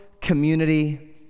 community